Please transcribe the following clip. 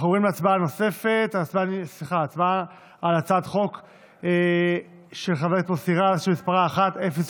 ההצעה להעביר את הצעת חוק איסור הפליית אנשים